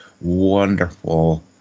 wonderful